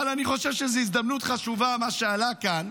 אבל אני חושב שזאת הזדמנות חשובה, מה שעלה כאן,